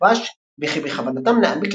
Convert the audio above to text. אזור עפרין נכבש וכי בכוונתם להעמיק